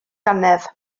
dannedd